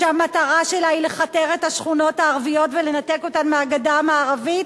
שהמטרה שלה היא לכתר את השכונות הערביות ולנתק אותן מהגדה המערבית,